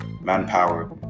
manpower